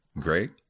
Great